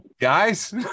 guys